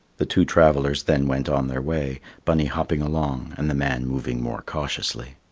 the two travellers then went on their way, bunny hopping along, and the man moving more cautiously.